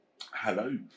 Hello